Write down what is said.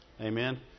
Amen